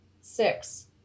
Six